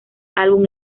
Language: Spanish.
álbum